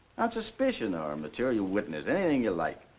on suspicion, or material witness, anything you like.